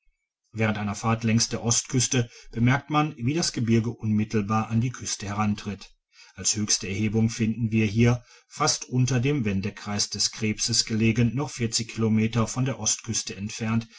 während einer fahrt längs der ostküste bemerkt man wie das gebirge unmittelbar an die küste herantritt als höchste erhebung finden wir hier fast unter dem wendekreis des krebses gelegen noch kilometer von der ostküste entfernt